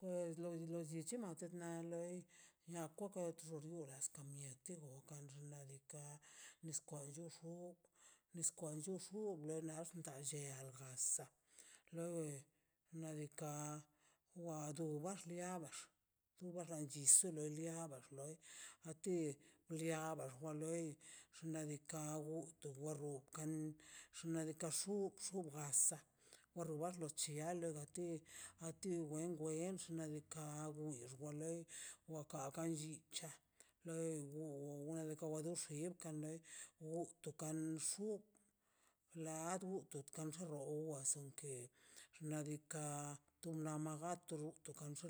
Pues los los chimatə tet loi na kok io las ka mas ki las xnaꞌ diikaꞌ nis kwan yo xob nis kwan yo xob nas da cheb nsa lo we xnaꞌ diikaꞌ wa do war dia do tu ga dii solo loi a ti xliaba wa loi xnaꞌ diikaꞌ wo to wa rob xnaꞌ diikaꞌ xo xo gasa a robar los chiyalos a ti wen wenx xnaꞌ diikaꞌ win xwale wa kan kan xicha loi wo wo woa wado xib kan leb won to kan xuu la duu kan rrooas ton kei xnaꞌ diikaꞌ to ma jagato